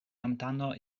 amdano